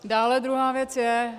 Dále druhá věc je...